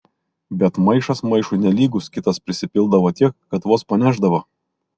bet maišas maišui nelygus kitas prisipildavo tiek kad vos panešdavo